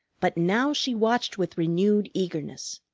but now she watched with renewed eagerness.